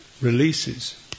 releases